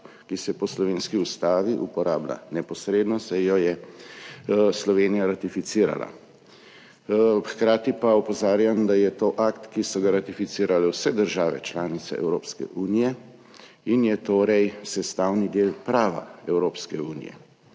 ki se po slovenski ustavi uporablja neposredno, saj jo je Slovenija ratificirala. Hkrati pa opozarjam, da je to akt, ki so ga ratificirale vse države članice Evropske unije in je torej sestavni del prava Evropske unije.